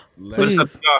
Please